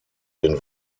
den